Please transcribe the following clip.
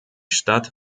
stadt